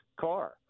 car